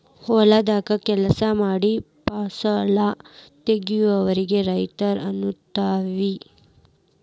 ಹೊಲದಾಗ ಕೆಲಸಾ ಮಾಡಿ ಫಸಲ ತಗಿಯೋರಿಗೆ ರೈತ ಅಂತೆವಿ